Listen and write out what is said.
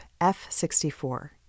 F64